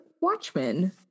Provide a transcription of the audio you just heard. Watchmen